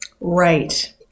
Right